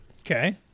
okay